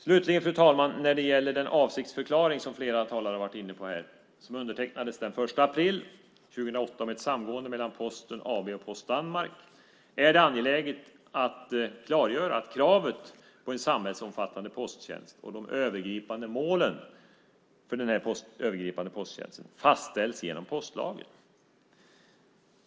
Slutligen, fru talman, när det gäller den avsiktsförklaring som flera talare har varit inne på och som undertecknades den 1 april 2008 om ett samgående mellan Posten AB och Post Danmark är det angeläget att klargöra att kravet på en samhällsomfattande posttjänst och de övergri-pande målen för denna posttjänst fastställs genom postlagen.